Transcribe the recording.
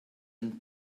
and